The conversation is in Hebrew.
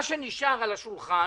מה שנשאר על השולחן,